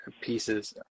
pieces